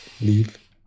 Leave